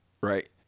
right